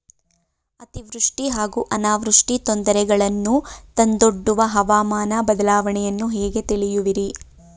ಅತಿವೃಷ್ಟಿ ಹಾಗೂ ಅನಾವೃಷ್ಟಿ ತೊಂದರೆಗಳನ್ನು ತಂದೊಡ್ಡುವ ಹವಾಮಾನ ಬದಲಾವಣೆಯನ್ನು ಹೇಗೆ ತಿಳಿಯುವಿರಿ?